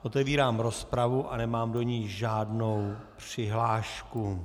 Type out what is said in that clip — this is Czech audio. Otevírám rozpravu a nemám do ní žádnou přihlášku.